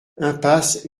impasse